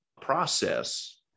process